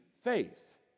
faith